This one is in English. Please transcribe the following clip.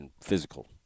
Physical